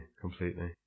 completely